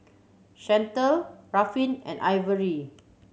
Chantal Ruffin and Ivory